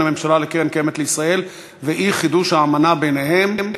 הממשלה לקרן קיימת לישראל ואי-חידוש האמנה ביניהן.